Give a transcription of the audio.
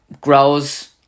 grows